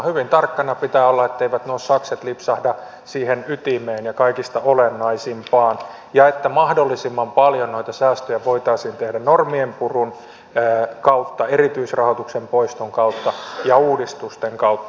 hyvin tarkkana pitää olla etteivät sakset lipsahda siihen ytimeen ja kaikista olennaisimpaan ja että mahdollisimman paljon noita säästöjä voitaisiin tehdä normien purun kautta erityisrahoituksen poiston kautta ja uudistusten kautta